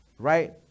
Right